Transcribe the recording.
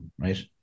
right